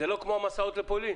זה לא כמו המסעות לפולין?